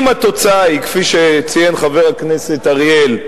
אם התוצאה היא כפי שציין חבר הכנסת אריאל,